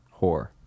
whore